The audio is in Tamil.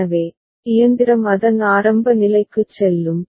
எனவே இயந்திரம் அதன் ஆரம்ப நிலைக்குச் செல்லும்